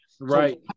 Right